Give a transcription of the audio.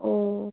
ও